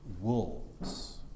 Wolves